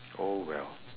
oh well